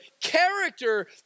character